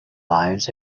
lives